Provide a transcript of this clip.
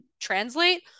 translate